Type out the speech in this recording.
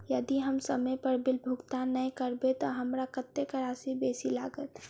यदि हम समय पर बिल भुगतान नै करबै तऽ हमरा कत्तेक राशि बेसी लागत?